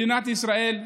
מדינת ישראל,